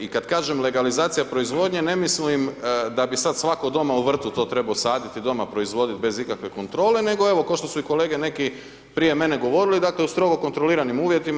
I kada kažem legalizacija proizvodnje ne mislim da bi sad svatko doma u vrtu to trebao saditi i doma proizvoditi bez ikakve kontrole, nego evo kao što su i kolege neki prije mene govorili, dakle u strogo kontroliranim uvjetima.